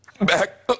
back